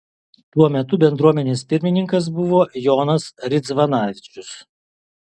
tuo metu bendruomenės pirmininkas buvo jonas ridzvanavičius